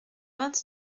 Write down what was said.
vingt